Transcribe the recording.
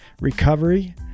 recovery